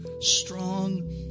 strong